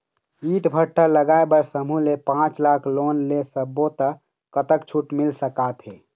ईंट भट्ठा लगाए बर समूह ले पांच लाख लाख़ लोन ले सब्बो ता कतक छूट मिल सका थे?